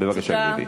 בבקשה, גברתי.